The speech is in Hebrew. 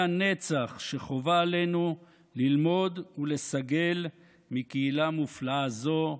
הנצח שחובה עלינו ללמוד ולסגל מקהילה מופלאה זו.